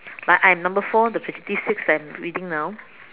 like I am number four the sixty six that I am reading now